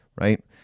Right